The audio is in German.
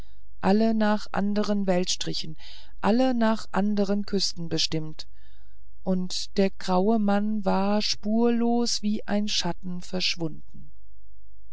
alle nach anderen weltstrichen alle nach anderen küsten bestimmt und der graue mann war spurlos wie ein schatten verschwunden